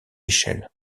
échelle